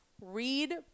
read